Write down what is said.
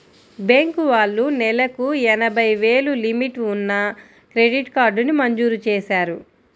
bank వాళ్ళు నెలకు ఎనభై వేలు లిమిట్ ఉన్న క్రెడిట్ కార్డుని మంజూరు చేశారు